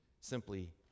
simply